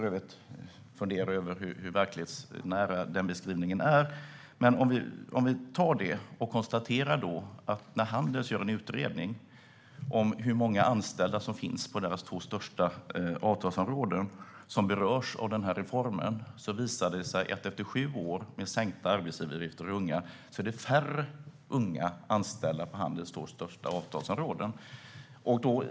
Hur verklighetsnära den beskrivningen är kan man för övrigt fundera över. Handels har gjort en utredning om hur många anställda som finns på Handels två största avtalsområden och som berörs av den här reformen. Det visade sig att det, efter sju år av sänkta arbetsgivaravgifter för unga, är färre unga anställda inom Handels två största avtalsområden.